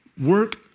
work